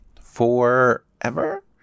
forever